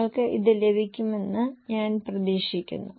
നിങ്ങൾക്ക് അത് ലഭിക്കുമെന്ന് ഞാൻ പ്രതീക്ഷിക്കുന്നു